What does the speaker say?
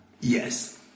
Yes